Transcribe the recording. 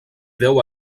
deu